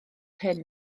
hyn